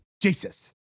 Jesus